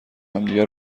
همدیگه